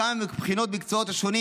במקום כמה בבחינות במקצועות השונים